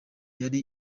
yari